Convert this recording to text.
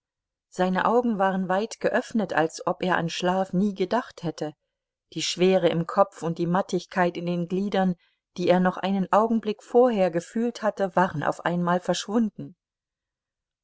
seine augen waren weit geöffnet als ob er an schlaf nie gedacht hätte die schwere im kopfe und die mattigkeit in den gliedern die er noch einen augenblick vorher gefühlt hatte waren auf einmal verschwunden